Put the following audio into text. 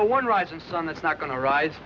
know one rising sun that's not going to rise